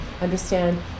understand